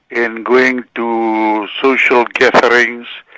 in going to social gatherings.